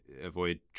avoid